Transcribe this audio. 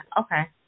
Okay